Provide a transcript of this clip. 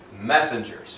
messengers